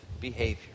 behavior